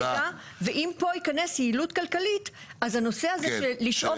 ואם פה ייכנס יעילות כלכלית אז הנושא הזה של לשאוב